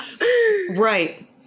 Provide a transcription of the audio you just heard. Right